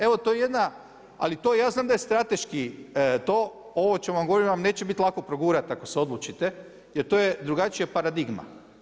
Evo to je jedna, ali ja znam da je to strateški, ovo o čemu vam govorim neće biti lako progurati ako se odlučite jer to je drugačija paradigma.